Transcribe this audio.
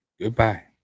Goodbye